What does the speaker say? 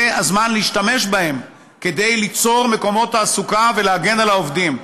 זה הזמן להשתמש בהם כדי ליצור מקומות תעסוקה ולהגן על העובדים,